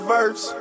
verse